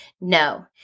No